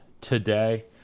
today